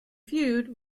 viewed